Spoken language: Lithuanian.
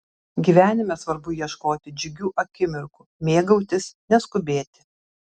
gyvenime svarbu ieškoti džiugių akimirkų mėgautis neskubėti